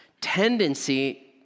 tendency